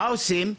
מה עושים?